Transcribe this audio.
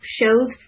shows